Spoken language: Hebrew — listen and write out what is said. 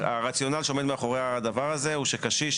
הרציונל שעומד מאחורי הדבר הזה הוא שקשיש